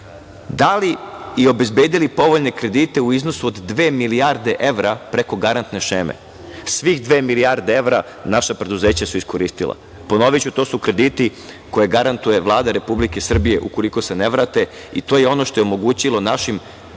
dali i obezbedili povoljne kredite u iznosu od dve milijarde evra preko garantne šeme, svih dve milijarde evra naša preduzeća su iskoristila. Ponoviću, to su krediti koje garantuje Vlada Republike Srbije ukoliko se ne vrate i to je ono što je omogućilo našim